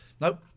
Nope